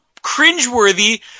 cringeworthy